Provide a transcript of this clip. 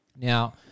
Now